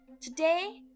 Today